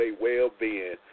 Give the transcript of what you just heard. well-being